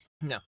No